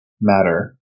matter